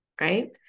Right